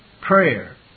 prayer